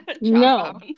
No